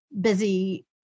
busy